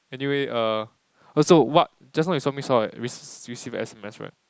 anyway uh also what just now you saw me saw right rec~ receive s_m_s right